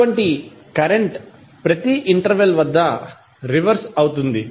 ఇటువంటి కరెంట్ ప్రతి ఇంటర్వెల్ వద్ద రివర్స్ అవుతుంది